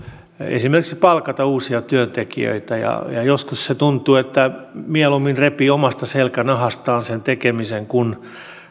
esimerkiksi palkata uusia työntekijöitä ja joskus tuntuu että mieluummin repii omasta selkänahastaan sen tekemisen kuin